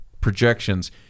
projections